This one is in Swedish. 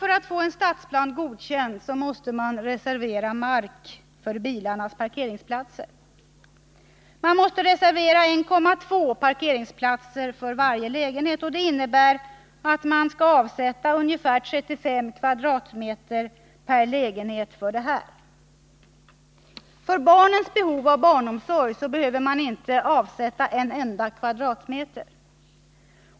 För att få en stadsplan godkänd måste man reservera mark för bilarnas parkeringsplatser — 1,2 parkeringsplatser för varje lägenhet. Det innebär att det avsätts ungefär 35 kvadratmeter per lägenhet för detta. För barnens behov av barnomsorg behöver man inte avsätta en enda kvadratmeter.